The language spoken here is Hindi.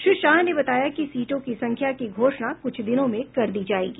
श्री शाह ने बताया कि सीटों की संख्या की घोषणा कुछ दिनों में कर दी जाएगी